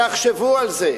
תחשבו על זה.